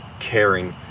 caring